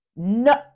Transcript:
No